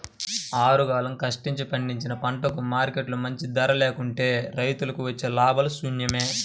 ఆరుగాలం కష్టించి పండించిన పంటకు మార్కెట్లో మంచి ధర లేకుంటే రైతులకు వచ్చే లాభాలు శూన్యమే